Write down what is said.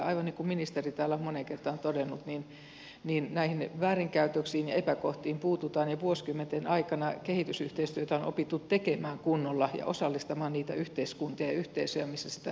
aivan niin kuin ministeri täällä on moneen kertaan todennut näihin väärinkäytöksiin ja epäkohtiin puututaan ja vuosikymmenten aikana kehitysyhteistyötä on opittu tekemään kunnolla ja osallistamaan niitä yhteiskuntia ja yhteisöjä missä sitä työtä tehdään